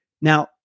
Now